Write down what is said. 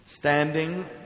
Standing